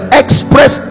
express